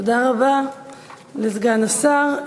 תודה רבה לסגן השר.